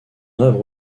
œuvre